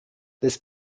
this